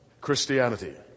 Christianity